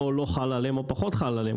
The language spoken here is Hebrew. או לא חלה עליהם או פחות חלה עליהם.